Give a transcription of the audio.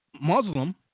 Muslim